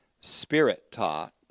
spirit-taught